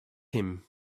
him